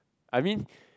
I mean